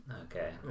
Okay